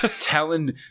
telling